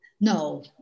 No